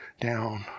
down